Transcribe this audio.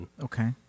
Okay